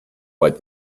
but